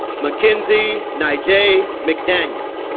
makenzie nijah mcdaniel